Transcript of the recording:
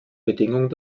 bedingung